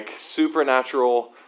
supernatural